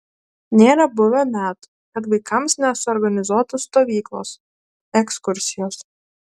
nėra buvę metų kad vaikams nesuorganizuotų stovyklos ekskursijos